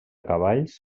cavalls